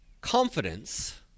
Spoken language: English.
confidence